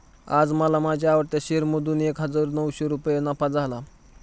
आज मला माझ्या आवडत्या शेअर मधून एक हजार नऊशे रुपये नफा झाला